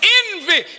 envy